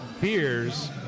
beers